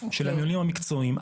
של המיונים המקצועיים.